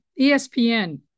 ESPN